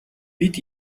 бид